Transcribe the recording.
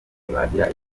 ntibagira